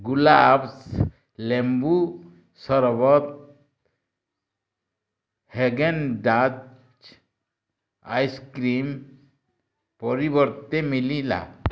ଗୁଲାବ୍ସ ଲେମ୍ବୁ ସରବତ Haagen Dazs ice cream ପରିବର୍ତ୍ତେ ମିଲିଲା